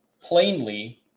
plainly